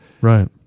Right